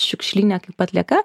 šiukšlyne kaip atlieka